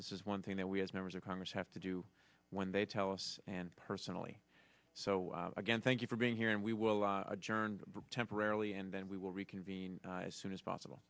this is one thing that we as members of congress have to do when they tell us and personally so again thank you for being here and we will adjourn temporarily and then we will reconvene as soon as possible